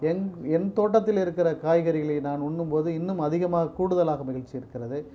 என் என் தோட்டத்தில் இருக்கிற காய்கறிகளை நான் உண்ணும் போது இன்னும் அதிகமாக கூடுதலாக மகிழ்ச்சி இருக்கிறது